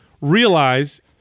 realize